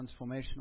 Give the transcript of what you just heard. transformational